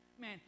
Man